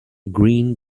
green